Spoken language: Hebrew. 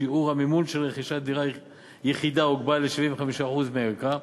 שיעור המימון של רכישת דירה יחידה הוגבל ל-75% מערכה,